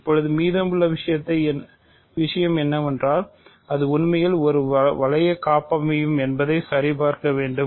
இப்போது மீதமுள்ள விஷயம் என்னவென்றால் அது உண்மையில் ஒரு வளைய காப்பமைவியம் என்பதை சரிபார்க்க வேண்டும்